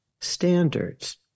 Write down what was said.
standards